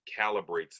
calibrates